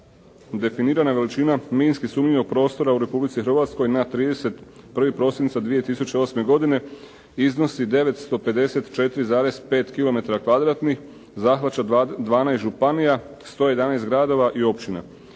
definirana i veličina minski sumnjivog prostora u Republici Hrvatskoj na 31. prosinca 2008. godine i iznosi 954,5 kilometara kvadratnih, zahvaća 12 županija, 111 gradova i općina.